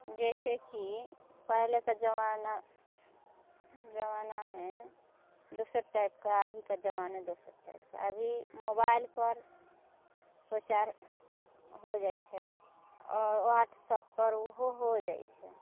जैसे कि पहिलेके जमाना जमानामे दोसर टाइपके अभीके जमाना दोसर टाइपके अभी मोबाइलपर प्रचार हो जाइ छै और व्हाटसपपर उहो हो जाइ छै